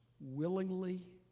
willingly